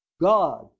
God